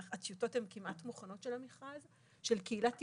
הטיוטות של המכרז כמעט מוכנות,